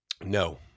No